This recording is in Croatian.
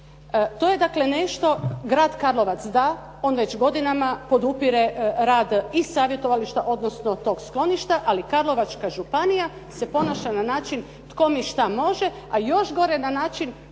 To je dakle nešto, grad Karlovac da, on već godinama podupire rad i savjetovališta odnosno tog skloništa ali Karlovačka županija se ponaša na način tko mi šta može a još gore na način